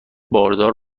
باردار